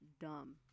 dumb